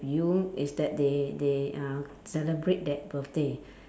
view is that they they uh celebrate that birthday